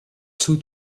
two